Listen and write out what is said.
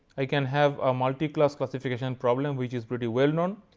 i can have a multi class classification problem, which is pretty well known.